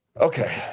Okay